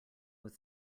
was